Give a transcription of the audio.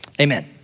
Amen